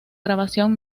grabación